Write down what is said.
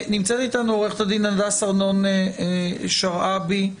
לעו"ד הדס ארנון-שרעבי,